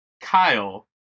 Kyle